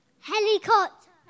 Helicopter